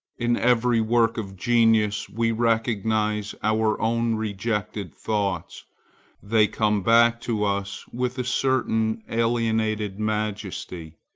in every work of genius we recognize our own rejected thoughts they come back to us with a certain alienated majesty.